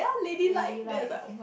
baby like